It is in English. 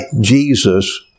Jesus